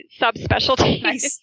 subspecialties